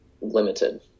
limited